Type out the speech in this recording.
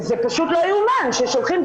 וזה פשוט לא יאומן ששולחים,